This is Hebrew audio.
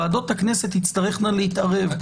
ועדות הכנסת תצטרכנה להתערב,